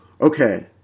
okay